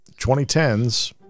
2010s